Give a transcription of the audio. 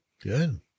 good